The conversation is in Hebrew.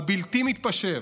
הבלתי-מתפשר,